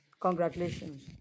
Congratulations